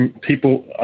people